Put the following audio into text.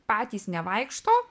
patys nevaikšto